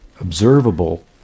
observable